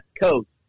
Coast